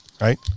right